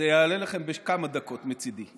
זה יעלה לכם בכמה דקות מצידי.